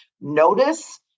Notice